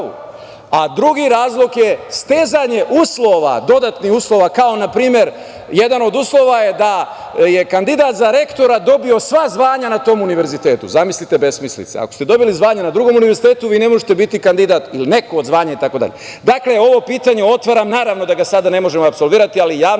a drugi razlog je stezanje uslova, dodatnih uslova. Na primer jedan od uslova je da je kandidat za rektora dobio sva zvanja na tom Univerzitetu. Zamislite besmislice, ako ste dobili zvanje na drugom univerzitetu, vi ne možete biti kandidat ili neko od zvanja itd. Dakle, ovo pitanje otvaram, naravno da ga sada ne možemo apsolvirati, ali javnost